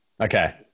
Okay